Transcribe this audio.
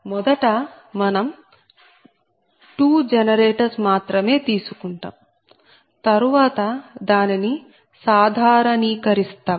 మొదట మనం 2 జనరేటర్స్ మాత్రమే తీసుకుంటాం తరువాత దానిని సాధారణీకరిస్తాం